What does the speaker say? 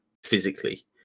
physically